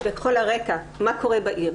הרקע לגבי מה שקורה בעיר.